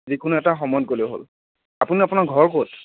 যিকোনো এটা সময়ত গ'লেই হ'ল আপুনি আপোনাৰ ঘৰ ক'ত